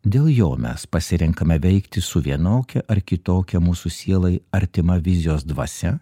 dėl jo mes pasirenkame veikti su vienokia ar kitokia mūsų sielai artima vizijos dvasia